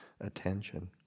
attention